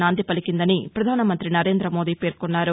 నాంది పలికిందని పధానమంతి నరేంద మోదీ పేర్కొన్నారు